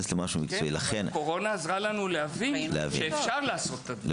למשהו- - הקורונה אפשרה לנו להבין שאפשר לעשות את הפעולות ברפואת הבית.